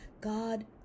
God